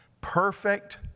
Perfect